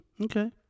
Okay